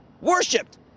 Worshipped